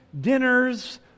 dinners